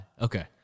Okay